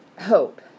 hope